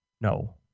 no